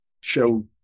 show